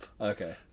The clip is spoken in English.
Okay